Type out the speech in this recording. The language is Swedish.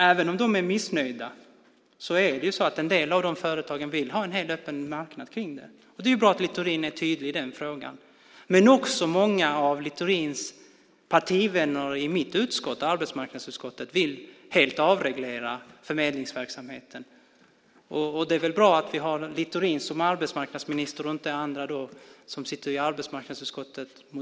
Även om de är missnöjda vill en del av de företagen ha en helt öppen marknad. Det är bra att Littorin är tydlig i den frågan. Men också många av Littorins partivänner i mitt utskott, arbetsmarknadsutskottet, vill helt avreglera förmedlingsverksamheten. Det är väl bra att vi har Littorin som arbetsmarknadsminister och inte någon av de moderater som sitter i arbetsmarknadsutskottet.